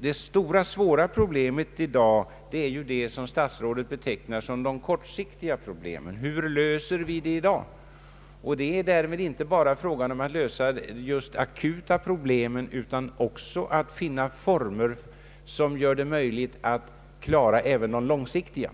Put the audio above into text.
De stora och svåra problemen i dag är emellertid de som statsrådet betecknar som kortsiktiga — hur löser vi dem i dag? Det gäller dock inte bara att lösa just de akuta problemen utan också att finna former som gör det möjligt att klara även de långsiktiga.